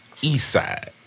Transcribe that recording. Eastside